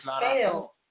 fail